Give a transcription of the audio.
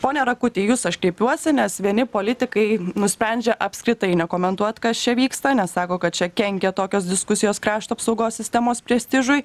pone rakuti į jus aš kreipiuosi nes vieni politikai nusprendžia apskritai nekomentuot kas čia vyksta nes sako kad čia kenkia tokios diskusijos krašto apsaugos sistemos prestižui